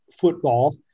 football